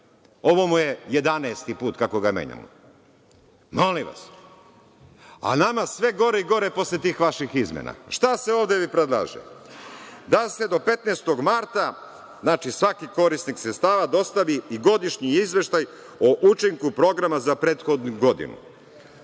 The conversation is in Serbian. ovo mu je 11 put kako ga menjamo. Molim vas, a nama sve gore i gore posle tih vaših izmena. Šta se ovde predlaže, da se do 15. marta, znači, svaki korisnik sredstava dostavi i godišnji izveštaj o učinku programa za prethodnu godinu.